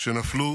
שנפלו